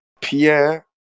Pierre